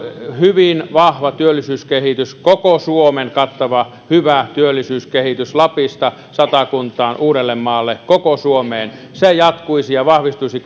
hyvin vahva työllisyyskehitys koko suomen kattava hyvä työllisyyskehitys lapista satakuntaan ja uudellemaalle koko suomeen jatkuisi ja vahvistuisi